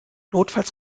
notfalls